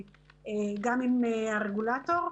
גם עם הרגולטור.